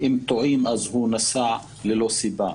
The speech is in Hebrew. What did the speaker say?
אם טועים, אז הוא נסע ללא סיבה.